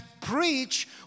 preach